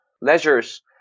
leisure's